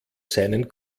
seinen